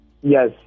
Yes